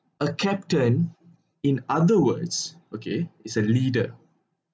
a captain in other words okay is a leader